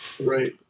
right